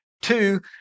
Two